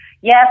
Yes